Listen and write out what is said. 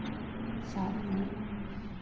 साल में